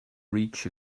reach